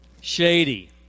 shady